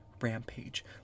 rampage